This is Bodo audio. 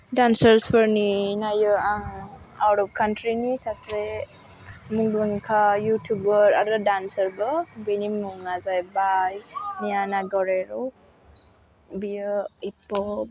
दान्सार्सफोरनि नाइयो आं आवट अफ कान्ट्रिनि सासे मुंदांखा इउटुबार आरो दान्सारबो बेनि मुङा जाहैबाय मियाना गरेर' बियो एक्टब